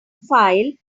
file